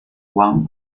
uang